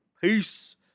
Peace